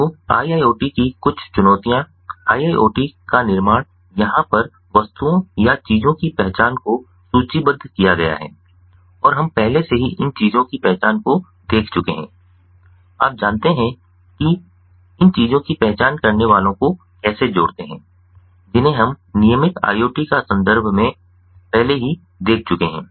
तो IIoT की कुछ चुनौतियाँ IIoT का निर्माण यहाँ पर वस्तुओं या चीज़ों की पहचान को सूचीबद्ध किया गया है और हम पहले से ही इन चीज़ों की पहचान को देख चुके हैं आप जानते हैं कि आप इन चीज़ों की पहचान करने वालों को कैसे जोड़ते हैं जिन्हें हम नियमित IoT का संदर्भ में पहले ही देख चुके हैं